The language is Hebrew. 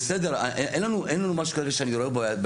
אין לנו משהו כרגע שאני רואה בעייתיות.